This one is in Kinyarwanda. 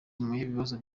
ibibazo